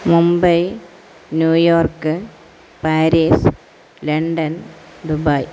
Mumbai New York Paris London Dubai